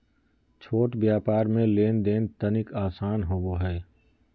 छोट व्यापार मे लेन देन तनिक आसान होवो हय